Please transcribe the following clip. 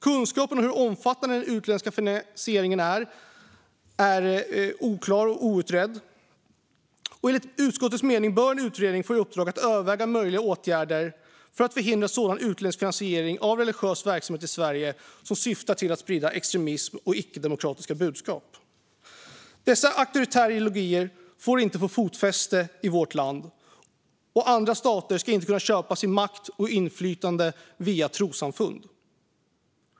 Kunskapen om hur omfattande den utländska finansieringen är liten, och enligt utskottets mening bör en utredning få i uppdrag att överväga möjliga åtgärder för att förhindra sådan utländsk finansiering av religiös verksamhet i Sverige som syftar till att sprida extremism och icke-demokratiska budskap. Dessa auktoritära ideologier får inte få fotfäste i vårt land, och andra stater ska inte kunna köpa sig makt och inflytande via trossamfund.